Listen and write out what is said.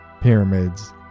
pyramids